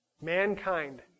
Mankind